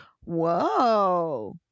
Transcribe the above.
Whoa